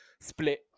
split